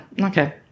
okay